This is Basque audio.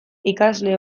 ikasle